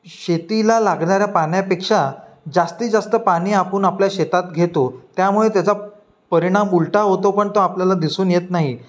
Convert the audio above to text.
शेतीला लागणाऱ्या पाण्यापेक्षा जास्तीत जास्त पाणी आपण आपल्या शेतात घेतो त्यामुळे त्याचा परिणाम उलटा होतो पण तो आपल्याला दिसून येत नाही